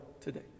today